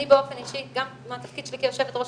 אני באופן אישי גם מהתפקיד שלי כיושבת ראש